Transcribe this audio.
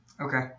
okay